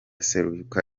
seruka